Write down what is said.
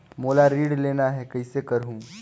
मोला ऋण लेना ह, कइसे करहुँ?